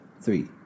three